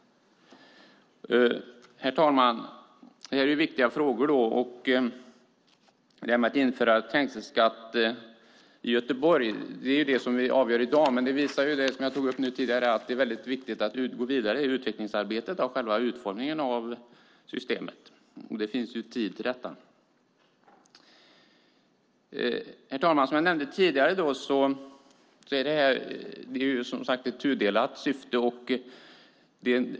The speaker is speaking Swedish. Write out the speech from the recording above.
Herr talman! Detta är viktiga frågor. Att införa trängselskatt i Göteborg är det som vi avgör i dag. Men som jag tidigare tog upp är det väldigt viktigt att gå vidare i utvecklingen av själva utformningen av systemet. Det finns ju tid till detta. Herr talman! Som jag nämnde tidigare finns ett tudelat syfte.